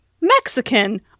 Mexican